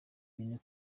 bine